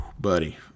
Buddy